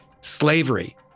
Slavery